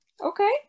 Okay